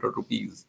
rupees